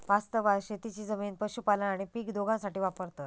वास्तवात शेतीची जमीन पशुपालन आणि पीक दोघांसाठी वापरतत